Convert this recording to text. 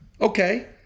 Okay